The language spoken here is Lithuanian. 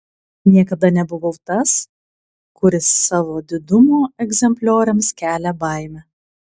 niekada nebuvau tas kuris savo didumo egzemplioriams kelia baimę